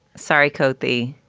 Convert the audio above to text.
sorry, koti,